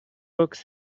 books